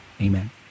Amen